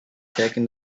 taking